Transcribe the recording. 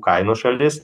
kainų šalis